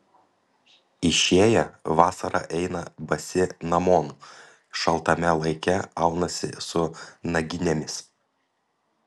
išėję vasarą eina basi namon šaltame laike aunasi su naginėmis